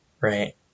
right